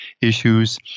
issues